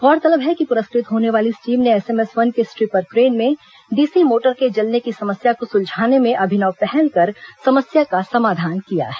गौरतलब है कि पुरस्कृत होने वाली इस टीम ने एसएमएस वन के स्ट्रिपर क्रेन में डीसी मोटर के जलने की समस्या को सुलझाने में अभिनव पहल कर समस्या का समाधान किया है